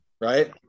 right